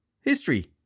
history